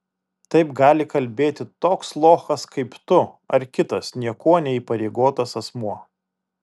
taip gali kalbėti toks lochas kaip tu ar kitas niekuo neįpareigotas asmuo